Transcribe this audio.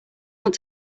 want